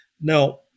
Now